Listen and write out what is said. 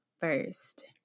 first